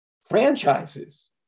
franchises